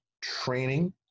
training